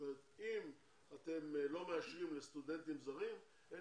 זאת אומרת אם אתם לא מאשרים לסטודנטים זרים אין